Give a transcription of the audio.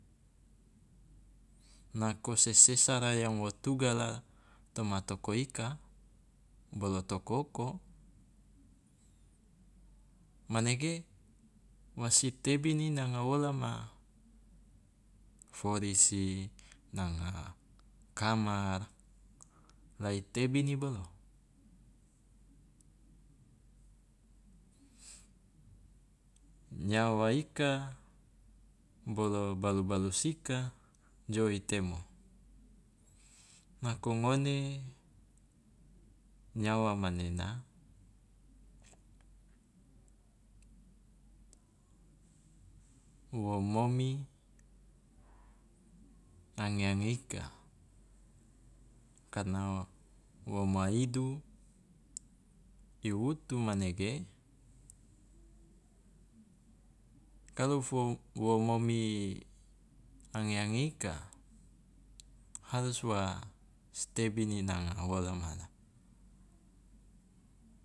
Nako sesera yang wo tugala toma toko ika bolo toko oko manege wa si tebini nanga wola ma forisi, nanga kamar, la i tebini bolo. Nyawa ika bolo balu balus ika jo i temo nako ngone nyawa manena wo momi ange ange ika karena wo maidu i wutu manege, kalu fo wo momi ange ange ika harus wa si tebini nanga wola ma